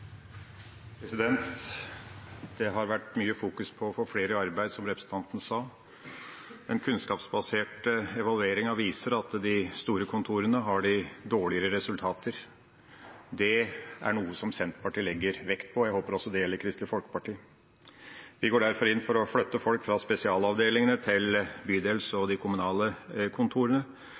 Det har vært mye fokus på å få flere i arbeid, som representanten sa. Den kunnskapsbaserte evalueringen viser at de store kontorene har dårligere resultater. Det er noe som Senterpartiet legger vekt på, jeg håper det også gjelder Kristelig Folkeparti. Vi går derfor inn for å flytte folk fra spesialavdelingene til bydelskontorene og de kommunale kontorene,